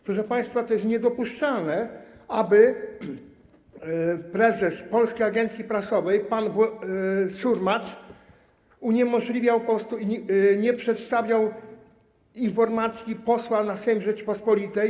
Proszę państwa, to jest niedopuszczalne, aby prezes Polskiej Agencji Prasowej pan Surmacz uniemożliwiał i nie przedstawiał informacji posła na Sejm Rzeczypospolitej.